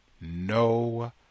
no